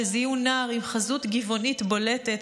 שזיהו נערים עם חזות גבעונית בולטת,